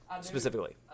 specifically